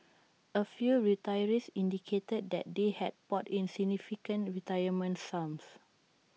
A few retirees indicated that they had poured in significant retirement sums